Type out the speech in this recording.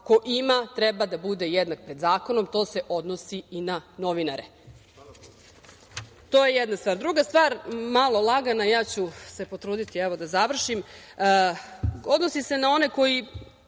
ko ima treba da bude jednak pred zakonom. To se odnosi i na novinare. To je jedna stvar. Druga stvar, malo lagana, ja ću se potruditi da završim, odnosi se na one koji